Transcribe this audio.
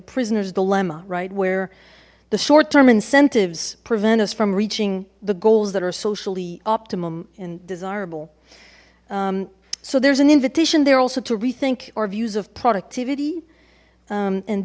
prisoner's dilemma right where the short term incentives prevent us from reaching the goals that are socially optimum and desirable so there's an invitation there also to rethink our views of productivity